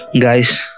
guys